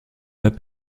pas